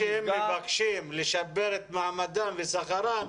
זה שהם מבקשים לשפר את מעמדם ושכרם,